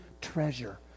treasure